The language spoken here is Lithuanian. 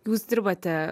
jūs dirbate